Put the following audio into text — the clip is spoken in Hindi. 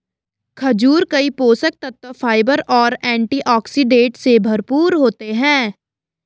खजूर कई पोषक तत्वों, फाइबर और एंटीऑक्सीडेंट से भरपूर होते हैं